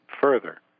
further